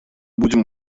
будем